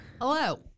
Hello